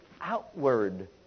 outward